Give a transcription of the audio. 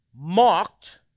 mocked